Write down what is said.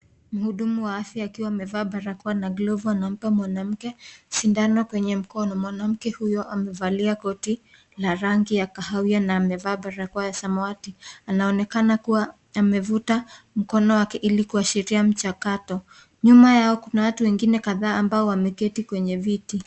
Mhudumu wa afya akiwa amevaa barakoa na glovu anampa mwanamke sindano kwenye mkono, mwanamke huyo amevalia koti la rangi ya kahawia na amevaa barakoa ya samawati na anaonekana kuwa amevuta mkono wake ili kuashiria mchakato, nyuma yao kuna watu wengine kadhaa ambao wameketi kwenye viti.